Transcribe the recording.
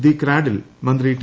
the cradle മന്ത്രി T